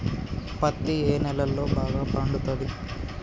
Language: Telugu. పత్తి ఏ నేలల్లో బాగా పండుతది?